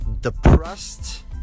depressed